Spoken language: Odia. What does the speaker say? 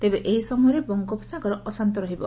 ତେବେ ଏହି ସମୟରେ ବଙ୍ଗୋପସାଗର ଆଶନ୍ତ ରହିବ